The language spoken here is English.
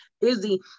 busy